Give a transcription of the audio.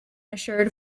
assured